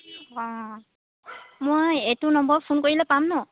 অঁ মই এইটো নম্বৰত ফোন কৰিলে পাম ন